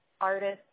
artists